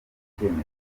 icyemezo